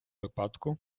випадку